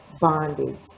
bondage